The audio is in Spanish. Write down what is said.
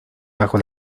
bajo